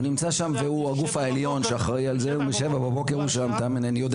הוא נמצא שם משבע בבוקר והוא הגוף העליון שאחראי